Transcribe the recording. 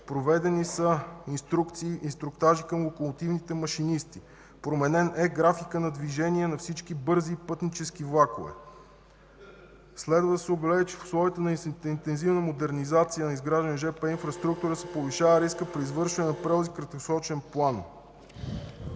проведени са инструктажи на локомотивните машинисти; променен е графикът на движение на всички бързи и пътнически влакове. Следва да се отбележи, че в условията на интензивна модернизация на изгражданата жп инфраструктура се повишава риска при извършване на превози в краткосрочен план.